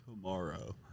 tomorrow